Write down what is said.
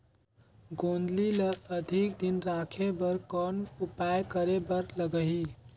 गोंदली ल अधिक दिन राखे बर कौन उपाय करे बर लगही?